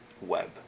web